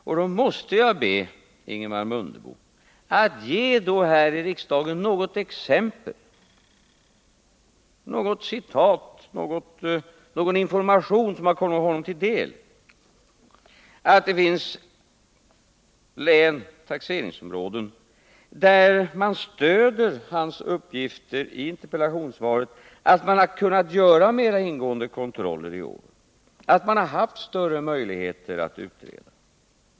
Jag måste då be 20 november 1979 Ingemar Mundebo att här i riksdagen från några län eller taxeringsområden ge något exempel, anföra något citat eller lämna någon information som stöder uppgifterna i hans interpellationssvar att man i år kunnat göra mer ingående kontroller och haft större möjligheter att utreda.